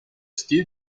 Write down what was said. steve